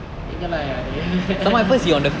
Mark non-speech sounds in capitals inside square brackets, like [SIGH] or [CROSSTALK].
நீங்கெல்லாம் யாரு:neengelam yaaru [LAUGHS]